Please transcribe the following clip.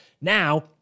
now